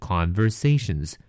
Conversations